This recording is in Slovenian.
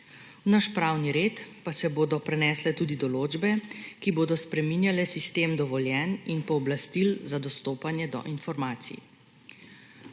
V naš pravni red pa se bodo prenesle tudi določbe, ki bodo spreminjale sistem dovoljenj in pooblastil za dostopanje do informacij.